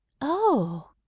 Oh